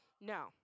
no